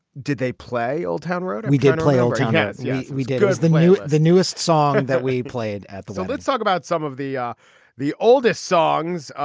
did they play old town road? and we did play old town. yeah, yeah we did. was the new the newest song that we played at. so let's talk about some of the ah the oldest songs,